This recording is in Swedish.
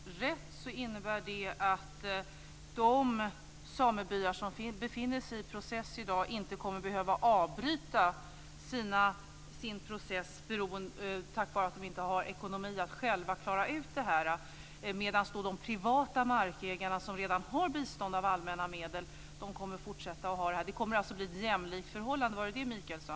Herr talman! Om jag tolkar Michael rätt innebär det att de samebyar som befinner sig i process i dag inte kommer att behöva avbryta sin process beroende på att de inte har ekonomi att själva klara ut det. De privata markägarna, som redan får bistånd från allmänna medel, kommer att fortsätta. Det kommer alltså att bli ett jämlikt förhållande. Var det detta